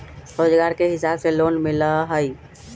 रोजगार के हिसाब से लोन मिलहई?